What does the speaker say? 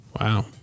Wow